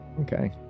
Okay